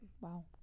Wow